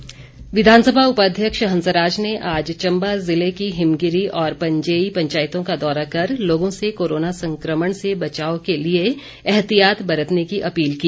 हंसराज विधानसभा उपाध्यक्ष हंसराज ने आज चम्बा जिले की हिमगिरी और पंजेई पंचायतों का दौरा कर लोगों से कोरोना संक्रमण से बचाव के लिए एहतियात बरतने की अपील की